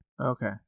Okay